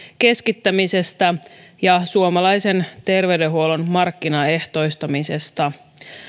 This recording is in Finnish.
keskittämisestä ja suomalaisen terveydenhuollon markkinaehtoistamisesta